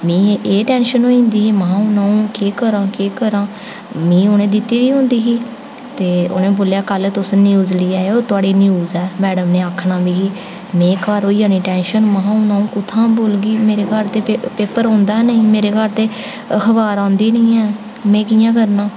मिगी एह् टेंशन होई जंदी ही महां हून अ'ऊं केह् करांऽ केह् करांऽ मिगी उ'नें दित्ती दी होंदी ही ते उ'नें बोलेआ कल तुस न्यूज़ लेई आयो कल न्यूज़ ऐ उ'नें आखना मिगी में घर होई जानी टेंशन महां में हून कु'त्थां दा बोलगी मेरे घर ते पेपर औंदा निं मेरे घर ते अखबार औंदी निं ऐ में कि'यां करना